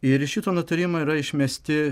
ir iš šito nutarimo yra išmesti